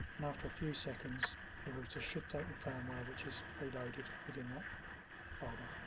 and after a few seconds the router should take the firmware which is preloaded within that folder